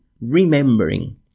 remembering